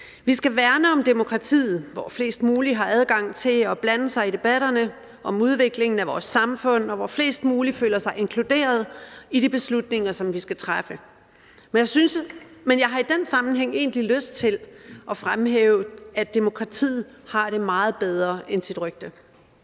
Vi skal værne om demokratiet, hvor flest muligt har adgang til at blande sig i debatterne om udviklingen af vores samfund, og hvor flest muligt føler sig inkluderede i de beslutninger, som vi skal træffe, men jeg har i den sammenhæng egentlig lyst til at fremhæve, at demokratiet har det meget bedre end sit rygte.